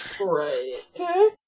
Right